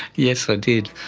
yes, i did.